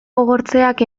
gogortzeak